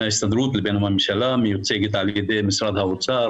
ההסתדרות לבין הממשלה המיוצגת על ידי משרד האוצר,